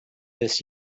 this